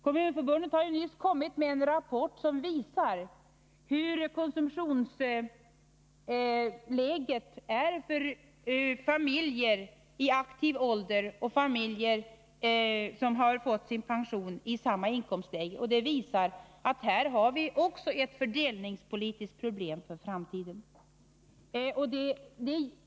Kommunförbundet har nyss kommit med en rapport som visar hur konsumtionsläget är för familjer i aktiv ålder och familjer med pension i samma inkomstläge, och den visar att vi också här har ett fördelningspolitiskt problem för framtiden.